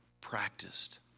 practiced